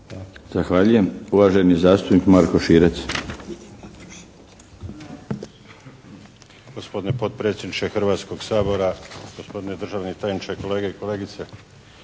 Zahvaljujem. Uvaženi zastupnik Marko Širac.